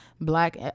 Black